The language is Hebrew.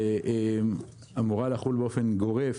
אמורה לחול באופן גורף